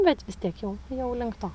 bet vis tiek jau jau link to